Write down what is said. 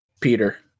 Peter